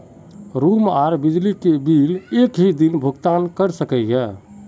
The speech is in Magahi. रूम आर बिजली के बिल एक हि दिन भुगतान कर सके है?